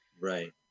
right